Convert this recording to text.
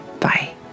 Bye